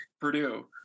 Purdue